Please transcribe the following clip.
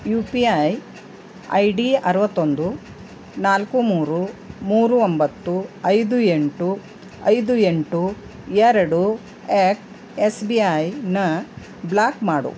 you P I I D ಅರುವತ್ತೊಂದು ನಾಲ್ಕು ಮೂರು ಮೂರು ಒಂಬತ್ತು ಐದು ಎಂಟು ಐದು ಎಂಟು ಎರಡು ಎಟ್ ಎಸ್ ಬಿ ಐನ ಬ್ಲಾಕ್ ಮಾಡು